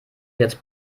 jetzt